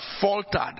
faltered